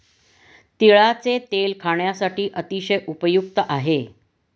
तिळाचे तेल खाण्यासाठी अतिशय उपयुक्त आहे